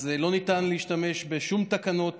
אז לא ניתן להשתמש בשום תקנות